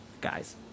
guys